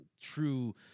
true